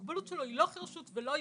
המוגבלות שלו היא לא חירשות ולא עיוורון,